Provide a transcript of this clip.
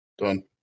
Done